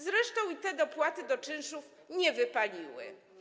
Zresztą i te dopłaty do czynszów nie wypaliły.